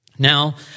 Now